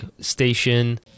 station